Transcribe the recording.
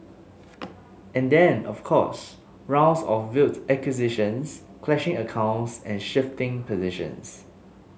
and then of course rounds of veiled accusations clashing accounts and shifting positions